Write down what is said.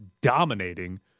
dominating